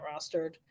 rostered